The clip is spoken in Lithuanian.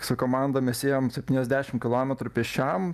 su komandomis ėjom septyniasdešim kilometrų pėsčiom